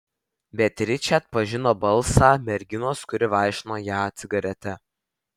beatričė atpažino balsą merginos kuri vaišino ją cigarete